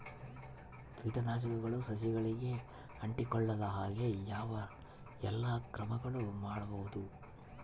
ಕೇಟನಾಶಕಗಳು ಸಸಿಗಳಿಗೆ ಅಂಟಿಕೊಳ್ಳದ ಹಾಗೆ ಯಾವ ಎಲ್ಲಾ ಕ್ರಮಗಳು ಮಾಡಬಹುದು?